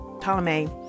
ptolemy